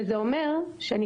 זה אומר שאם